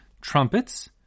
trumpets